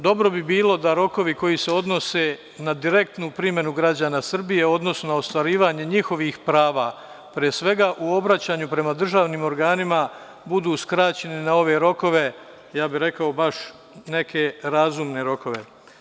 Dobro bi bilo da rokovi koji se odnose na direktnu primenu građana Srbije, odnosno na ostvarivanje njihovih prava pre svega u obraćanju prema državnim organima budu skraćeni na ove rokove, rekao bih na neke baš razumne rokove.